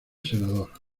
senador